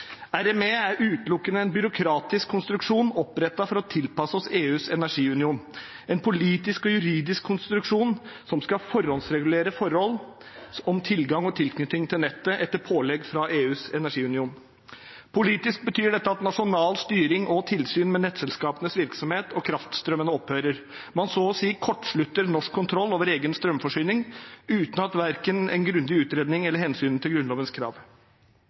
RME er utelukkende en byråkratisk konstruksjon opprettet for å tilpasse oss EUs energiunion – en politisk og juridisk konstruksjon som skal forhåndsregulere forhold om tilgang og tilknytning til nettet, etter pålegg fra EUs energiunion. Politisk betyr dette at styring av og tilsyn med nettselskapenes virksomhet og kraftstrømmene opphører nasjonalt. Man så å si kortslutter norsk kontroll over egen strømforsyning, uten verken en grundig utredning eller hensyn til Grunnlovens krav.